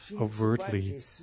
overtly